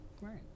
Right